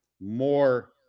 more